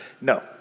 No